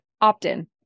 opt-in